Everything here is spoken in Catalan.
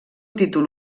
títol